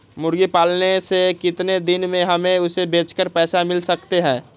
मुर्गी पालने से कितने दिन में हमें उसे बेचकर पैसे मिल सकते हैं?